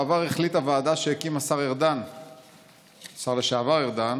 בעבר החליטה ועדה שהקים השר לשעבר ארדן